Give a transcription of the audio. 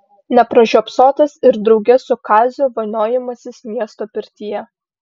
nepražiopsotas ir drauge su kaziu vanojimasis miesto pirtyje